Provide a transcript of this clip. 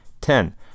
Ten